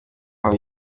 aho